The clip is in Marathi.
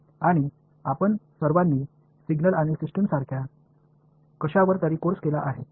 आणि आपण सर्वांनी सिग्नल आणि सिस्टीम सारख्या कशावर तरी कोर्स केला आहे